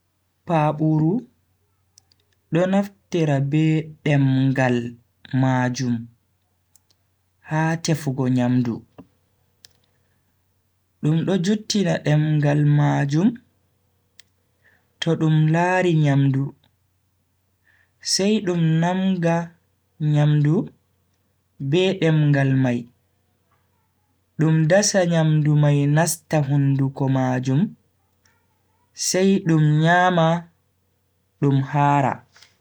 Paburu do naftira be demngal majun ha tefugo nyamdu. Dum do juttina demngal majum to dum laari nyamdu, sai dum nanga nyamdu be demngal mai, dum dasa nyamdu mai nasta hunduko majum sai dum nyama dum haara.